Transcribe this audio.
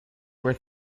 were